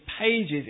pages